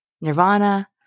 Nirvana